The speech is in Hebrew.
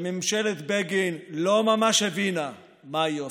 שממשלת בגין לא ממש הבינה מה היא עושה.